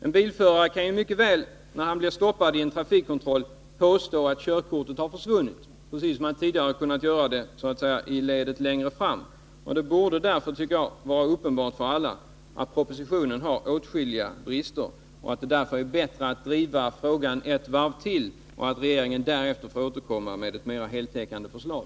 En bilförare som blir stoppad i en trafikkontroll kan mycket väl påstå att körkortet har försvunnit, precis som man tidigare har kunnat göra det så att säga i ledet längre fram. Enligt min mening borde det vara uppenbart för alla att propositionen har åtskilliga brister och att det därför är bättre att driva frågan ytterligare ett varv och därefter låta regeringen återkomma med ett mer heltäckande förslag.